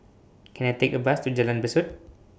Can I Take A Bus to Jalan Besut